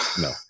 No